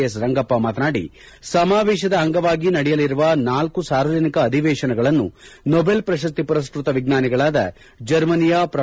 S Rangappa ಮಾತನಾಡಿ ಸಮಾವೇಶದ ಅಂಗವಾಗಿ ನಡೆಯಲಿರುವ ನಾಲ್ಲು ಸಾರ್ವಜನಿಕ ಅಧಿವೇಶನಗಳನ್ನು ನೋದೆಲ್ ಪ್ರಶಸ್ತಿ ಪುರಸ್ತತ ವಿಜ್ಞಾನಿಗಳಾದ ಜರ್ಮನಿಯ ಪ್ರೊ